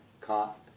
Caught